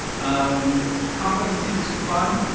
um competencies is fun.